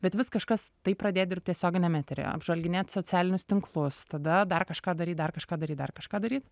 bet vis kažkas tai pradėt dirbt tiesioginiam eteryje apžvalginėt socialinius tinklus tada dar kažką daryt dar kažką daryt dar kažką daryt